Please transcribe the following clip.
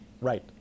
Right